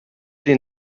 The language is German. den